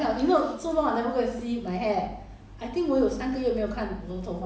I know can see from your hair